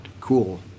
cool